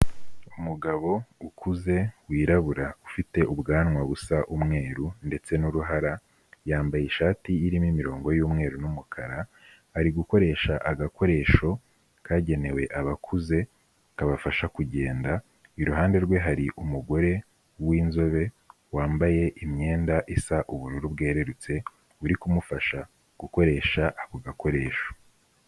Umugabo ukuze wirabura ufite ubwanwa busa umweru ndetse n'uruhara, yambaye ishati irimo imirongo y'umweru n'umukara ari gukoresha agakoresho kagenewe abakuze kabafasha kugenda, iruhande rwe hari umugore w'inzobe wambaye imyenda isa ubururu bwerurutse uri kumufasha gukoresha ako gakoresho.